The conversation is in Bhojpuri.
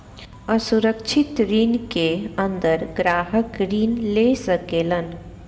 असुरक्षित ऋण के अंदर ग्राहक ऋण ले सकेलन